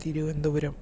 Thiruvananthapuram